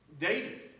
David